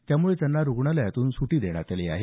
यामुळे त्यांना रुग्णालयातून सुटी देण्यात आली आहे